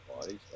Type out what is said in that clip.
Bodies